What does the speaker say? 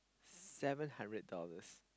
seven hundred dollars